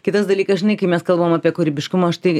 kitas dalykas žinai kai mes kalbam apie kūrybiškumą aš tai